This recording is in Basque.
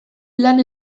lan